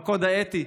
בקוד האתי,